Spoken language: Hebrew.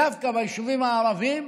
דווקא ביישובים הערביים,